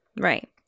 Right